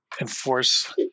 enforce